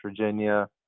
Virginia